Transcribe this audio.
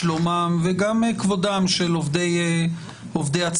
שלומם וכבודם של עובדי הציבור.